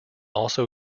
also